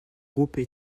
groupes